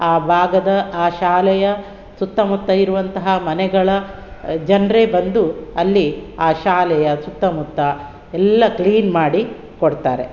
ಆ ಭಾಗದ ಆ ಶಾಲೆಯ ಸುತ್ತಮುತ್ತ ಇರುವಂತಹ ಮನೆಗಳ ಜನರೇ ಬಂದು ಅಲ್ಲಿ ಆ ಶಾಲೆಯ ಸುತ್ತಮುತ್ತ ಎಲ್ಲ ಕ್ಲೀನ್ ಮಾಡಿ ಕೊಡ್ತಾರೆ